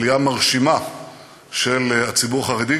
עלייה מרשימה של הציבור החרדי,